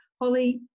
Holly